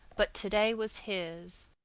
but to-day was his!